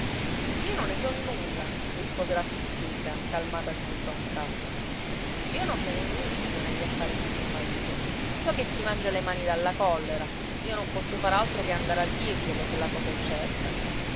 io non ne so nulla rispose la zuppidda calmatasi tutt'a un tratto io non me ne immischio negli affari di mio marito so che si mangia le mani dalla collera io non posso far altro che andare a dirglielo se la cosa è certa